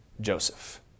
Joseph